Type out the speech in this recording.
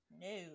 No